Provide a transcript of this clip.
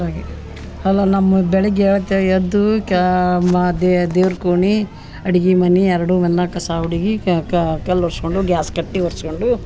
hello ನಮ್ಮ ಬೆಳಗ್ಗೆ ಏಳ್ತೆ ಎದ್ದೂ ಕ್ಯಾ ಮಾ ದೇವ್ರ ಕೋಣೆ ಅಡಿಗಿ ಮನೆ ಎರಡು ಮನ್ನಾಗ ಕಸ ಒಡಗಿ ಕಲ್ ವರ್ಸ್ಕೊಂಡು ಗ್ಯಾಸ್ ಕಟ್ಟಿ ವರ್ಸ್ಕಂಡು